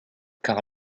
car